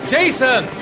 Jason